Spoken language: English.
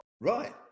right